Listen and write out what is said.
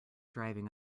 driving